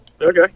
Okay